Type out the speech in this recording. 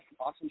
awesome